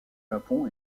japon